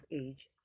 age